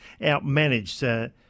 outmanaged